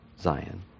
Zion